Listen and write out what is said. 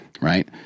Right